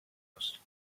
post